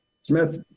Smith